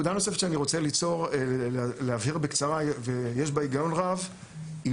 נקודה נוספת שאני רוצה להבהיר בקצרה ויש בה היגיון רב - היא